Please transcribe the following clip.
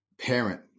parent